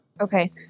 okay